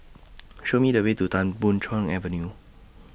Show Me The Way to Tan Boon Chong Avenue